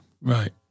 Right